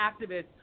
activists